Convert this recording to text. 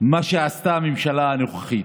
מה שעשתה הממשלה הנוכחית,